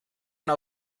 una